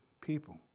people